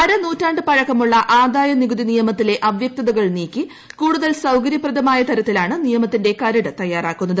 അരനൂറ്റാണ്ട് പഴക്കമുള്ള ആദായനികുകുതി നിയമത്തിലെ അവ്യക്തതകൾ നീക്കി കൂടുതൽ സൌകര്യപ്രദമായി തരത്തിലാണ് നിയമത്തിന്റെ കരട് തയ്യാറാക്കുന്നത്